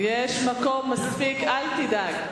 יש מקום מספיק, אל תדאג.